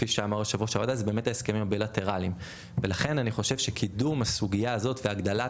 באמת ההסכמים הבילטרליים ולכן אני חושב שקידום הסוגיה הזו והגדלת